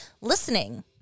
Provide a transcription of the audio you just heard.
listening